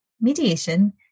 mediation